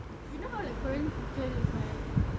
you know how the korean pictures look like